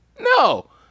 No